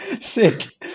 Sick